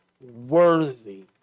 worthy